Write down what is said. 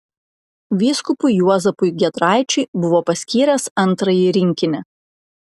vyskupui juozapui giedraičiui buvo paskyręs antrąjį rinkinį